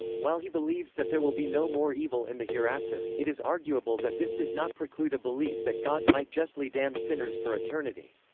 while he believes that there will be no more evil in the hereafter, it is arguable that this does not preclude a belief that god might justly damn sinners for eternity.